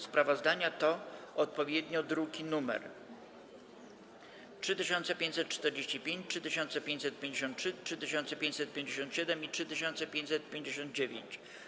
Sprawozdania to odpowiednio druki nr 3545, 3553, 3557 i 3559.